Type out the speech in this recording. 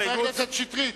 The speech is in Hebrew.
חבר הכנסת שטרית,